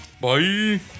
Bye